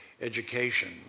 education